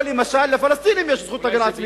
או שלמשל לפלסטינים יש זכות הגנה עצמית?